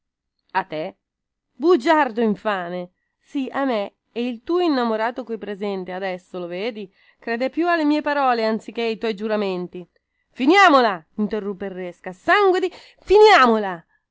a te bugiardo infame sì a me e il tuo innamorato qui presente adesso lo vedi crede più alle mie parole anzichè ai tuoi giuramenti finiamola interruppe il resca sangue di finiamola